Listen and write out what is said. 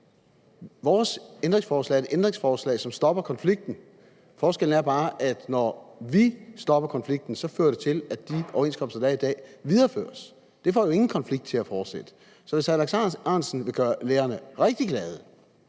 Vores ændringsforslag er ændringsforslag, som stopper konflikten. Forskellen er bare, at når vi stopper konflikten, fører det til, at de overenskomster, der er i dag, videreføres, og det får jo ingen konflikt til at fortsætte. Så hvis hr. Alex Ahrendtsen vil gøre lærerne rigtig glade